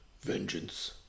Vengeance